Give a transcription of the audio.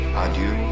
adieu